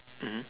mmhmm